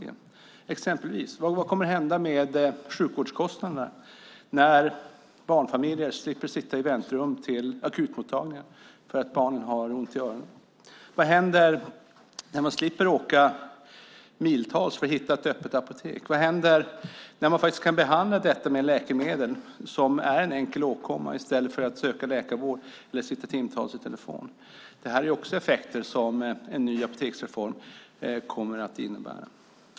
Vad kommer exempelvis att hända med sjukvårdskostnaderna när barnfamiljer slipper sitta i väntrum till akutmottagningar för att barnen har ont i öronen? Vad händer när man slipper åka flera mil för att hitta ett öppet apotek? Vad händer när man faktiskt kan behandla det som är en enkel åkomma med läkemedel i stället för att söka läkarvård eller sitta i telefon i timtal? Detta är också effekter som en ny apoteksreform kommer att innebära.